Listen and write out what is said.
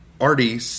Artie